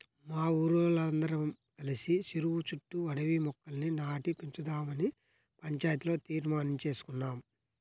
మా ఊరోల్లందరం కలిసి చెరువు చుట్టూ అడవి మొక్కల్ని నాటి పెంచుదావని పంచాయతీలో తీర్మానించేసుకున్నాం